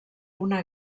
una